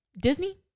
Disney